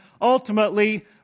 ultimately